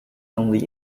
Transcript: only